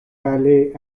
ballet